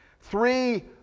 Three